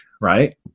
right